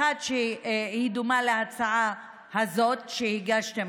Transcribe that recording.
אחת שדומה להצעה הזאת שהגשתם,